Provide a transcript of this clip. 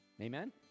Amen